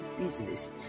business